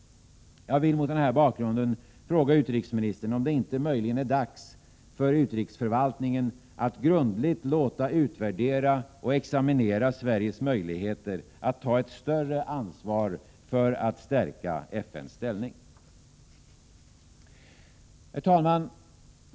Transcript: Jag vill mot den här bakgrunden fråga utrikesministern, om det inte möjligen är dags för utrikesförvaltningen att grundligt låta utvärdera och examinera Sveriges möjligheter att ta ett större ansvar för att stärka FN:s ställning. Herr talman!